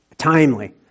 timely